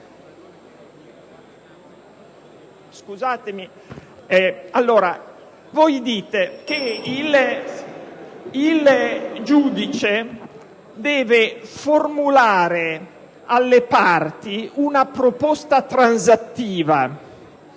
Voi dite che il giudice deve formulare alle parti una proposta transattiva